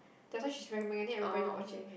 that's why she's recommending everybody to watch it